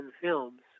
Films